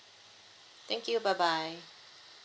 thank you bye bye